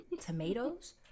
tomatoes